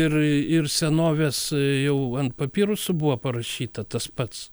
ir ir senovės jau ant papirusų buvo parašyta tas pats